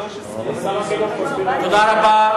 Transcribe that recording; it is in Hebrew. תודה רבה.